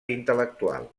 intel·lectual